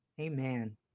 Amen